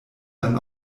dann